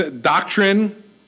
Doctrine